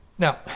Now